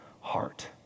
heart